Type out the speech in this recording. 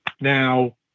now